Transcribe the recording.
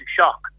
shock